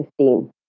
2015